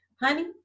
Honey